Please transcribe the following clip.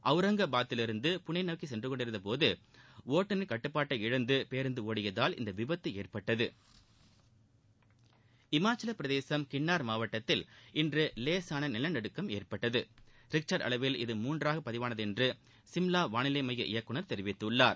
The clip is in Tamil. அவரங்காபாதிலிருந்து புனே நோக்கி சென்று கொண்டிருந்தபோது ஒட்டுநின் கட்டுப்பாட்டை இழந்து பேருந்து ஒடியதால் இந்த விபத்து ஏற்பட்டது இமாச்சல பிரதேசம் கின்னார் மாவட்டத்தில் இன்று லேசான நிலநடுக்கம் ஏற்பட்டது ரிக்டர் அளவில் இது மூன்றாக பதிவானதென்று சிம்லா வானிலை மைய இயக்குநர் தெரிவித்துள்ளார்